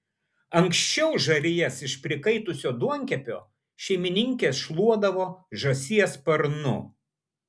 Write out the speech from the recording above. anksčiau žarijas iš prikaitusio duonkepio šeimininkės šluodavo žąsies sparnu